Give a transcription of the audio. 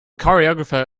choreographer